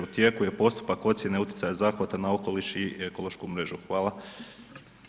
U tijeku je postupak ocjene utjecaja zahvata na okoliš i ekološku mrežu.